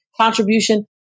contribution